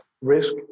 risk